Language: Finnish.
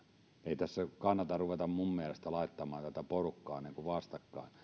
ei tässä kannata ruveta minun mielestäni laittamaan tätä porukkaa vastakkain